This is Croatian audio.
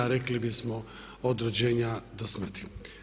Rekli bismo od rođenje do smrti.